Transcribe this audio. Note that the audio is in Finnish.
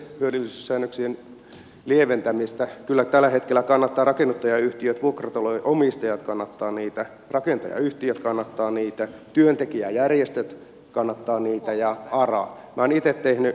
yleishyödyllisyyssäännöksien lieventämistä kyllä tällä hetkellä kannattavat rakennuttajayhtiöt vuokratalojen omistajat kannattavat niitä rakentajayhtiöt kannattavat niitä työntekijäjärjestöt kannattavat niitä ja ara kannattaa niitä